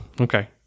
okay